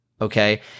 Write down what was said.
okay